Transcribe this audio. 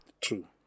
true